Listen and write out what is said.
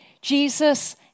Jesus